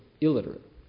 illiterate